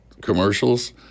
commercials